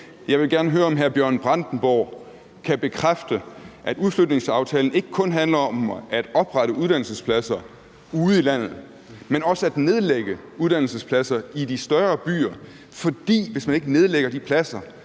jeg vil gerne høre, om hr. Bjørn Brandenborg kan bekræfte, at udflytningsaftalen ikke kun handler om at oprette uddannelsespladser ude i landet, men også at nedlægge uddannelsespladser i de større byer, for hvis man ikke nedlægger de pladser,